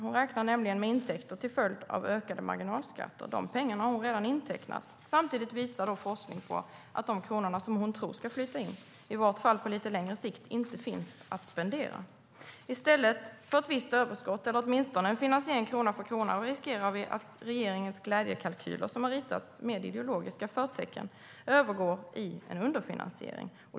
Hon räknar nämligen med intäkter till följd av ökade marginalskatter. De pengarna har hon redan intecknat. Samtidigt visar forskning på att de kronor som hon tror ska flyta in, i vart fall på lite längre sikt, inte finns att spendera.I stället för ett visst överskott, eller åtminstone en finansiering krona för krona, riskerar vi att regeringens glädjekalkyler, som har ritats med ideologiska förtecken, övergår i en underfinansiering.